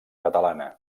catalana